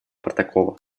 протокола